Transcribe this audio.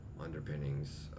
underpinnings